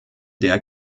der